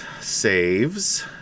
saves